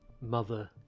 mother